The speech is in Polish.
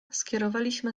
skierowaliśmy